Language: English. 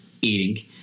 eating